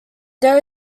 there